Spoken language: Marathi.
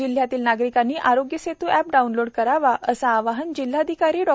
जिल्ह्यातील नागरिकांनी आरोग्य सेतू अॅप डाऊनलोड करावे असे आवाहन जिल्हाधिकारी डॉ